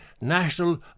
National